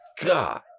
God